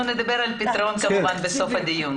אנחנו נדבר על פתרון בסוף הדיון.